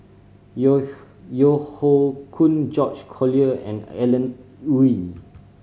Yeo Yeo Hoe Koon George Collyer and Alan Oei